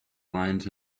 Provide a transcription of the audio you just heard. lines